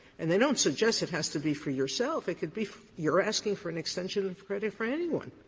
and they don't suggest it has to be for yourself, it could be you're asking for an extension of credit for anyone.